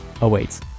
awaits